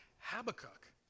Habakkuk